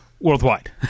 worldwide